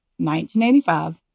1985